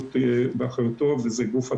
אני יודע שיש קשיי לוגיסטיקה מצד אחד,